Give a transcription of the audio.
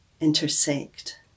intersect